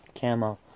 camo